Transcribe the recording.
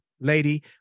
Lady